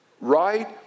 Right